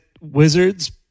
wizard's